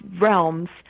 realms